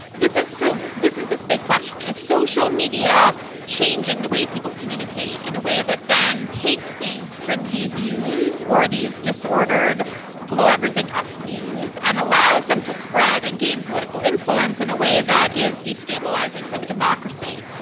this is so this is this big question is social media changing the way people communicate in a way that then takes these fringe ah views or are these disordered blow everything up views and allows them to spread and gain political influence in a way that is destabilising for the democracy.